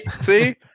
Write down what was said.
See